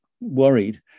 worried